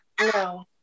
No